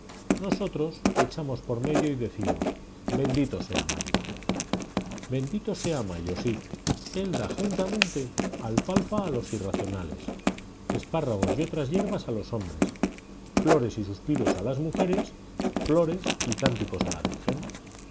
nosotros echamos por medio y decimos bendito sea mayo bendito sea mayo sí él da juntamente alfalfa a los irracionales espárragos y otras hierbas a los hombres flores y suspiros a las mujeres flores y cánticos a la virgen